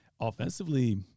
Offensively